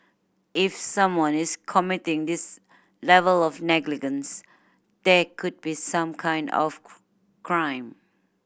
if someone is committing this level of negligence there could be some kind of crime